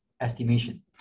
estimation